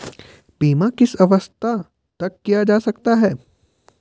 बीमा किस अवस्था तक किया जा सकता है?